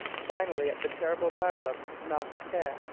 finally, at the terrible battle of malplaquet,